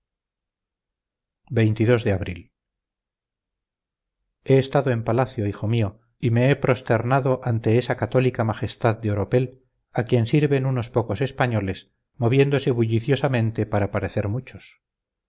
todo de abril he estado en palacio hijo mío y me he prosternado ante esa católica majestad de oropel a quien sirven unos pocos españoles moviéndose bulliciosamente para parecer muchos